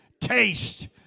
taste